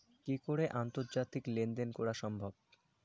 কি করে আন্তর্জাতিক লেনদেন করা সম্ভব?